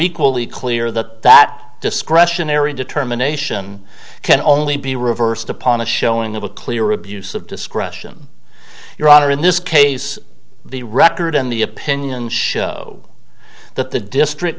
equally clear that that discretionary determination can only be reversed upon a showing of a clear abuse of discretion your honor in this case the record in the opinion show that the district